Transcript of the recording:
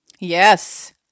Yes